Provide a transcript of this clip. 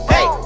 Hey